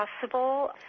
possible